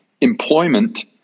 employment